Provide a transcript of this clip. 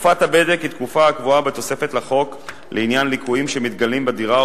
תקופת הבדק היא תקופה הקבועה בתוספת לחוק לעניין ליקויים שמתגלים בדירה,